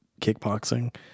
kickboxing